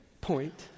point